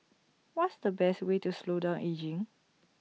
what's the best way to slow down ageing